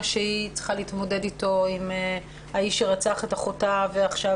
מה שהיא צריכה להתמודד איתו מול האיש שרצח את אחותה ועכשיו